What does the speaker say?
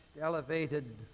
elevated